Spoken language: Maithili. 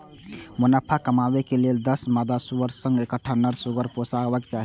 मुनाफा कमाबै लेल दस मादा सुअरक संग एकटा नर सुअर पोसबाक चाही